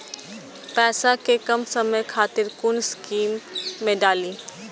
पैसा कै कम समय खातिर कुन स्कीम मैं डाली?